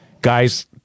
guys